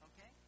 Okay